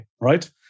right